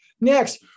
Next